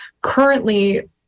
currently